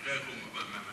אייכה?